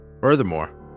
Furthermore